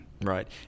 right